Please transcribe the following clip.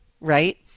Right